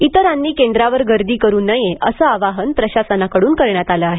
इतरांनी केंद्रावर गर्दी करू नये असं आवाहन प्रशासनाकडून करण्यात आलं आहे